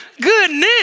Goodness